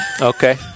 okay